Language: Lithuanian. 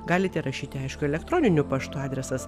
galite rašyti aišku elektroniniu paštu adresas